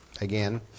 again